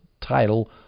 title